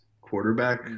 quarterback